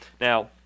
Now